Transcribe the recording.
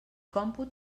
còmput